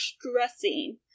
stressing